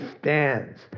stands